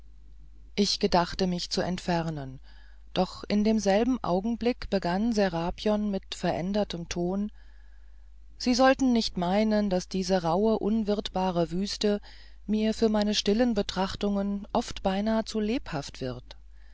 ich gedachte mich zu entfernen doch in demselben augenblick begann serapion mit verändertem ton sie sollten nicht meinen daß diese rauhe unwirtbare wüste mir für meine stillen betrachtungen oft beinahe zu lebhaft wird